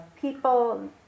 people